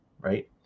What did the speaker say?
right